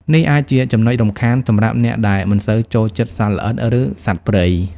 នេះអាចជាចំណុចរំខានសម្រាប់អ្នកដែលមិនសូវចូលចិត្តសត្វល្អិត ឬសត្វព្រៃ។